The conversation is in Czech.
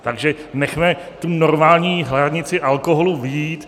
Takže nechme tu normální hranici alkoholu být.